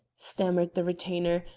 stammered the retainer,